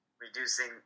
Reducing